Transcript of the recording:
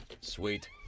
Sweet